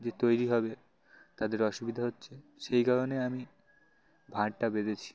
যে তৈরি হবে তাদের অসুবিধা হচ্ছে সেই কারণে আমি ভাঁড়টা বেঁধেছি